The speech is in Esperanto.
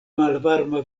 malvarma